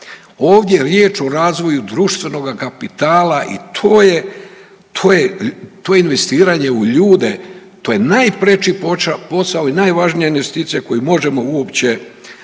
ovdje je riječ o razvoju društvenoga kapitala i to je, to je, to je investiranje u ljude, to je najpreči posao i najvažnija investicija koju možemo uopće,